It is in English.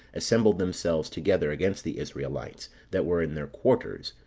assembled themselves together against the israelites that were in their quarters,